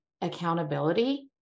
accountability